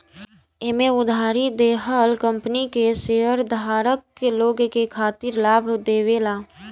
एमे उधारी देहल कंपनी के शेयरधारक लोग के खातिर लाभ देवेला